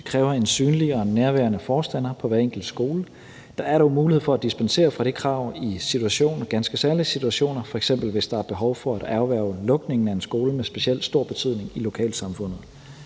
Det kræver en synlig og nærværende forstander på hver enkelt skole. Der er dog mulighed for at dispensere fra det krav i ganske særlige situationer, f.eks. hvis der er behov for at afværge lukningen af en skole med specielt stor betydning i lokalsamfundet.